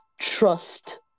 trust